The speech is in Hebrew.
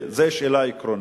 כאן,